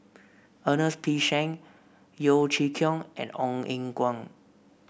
Ernest P Shank Yeo Chee Kiong and Ong Eng Guan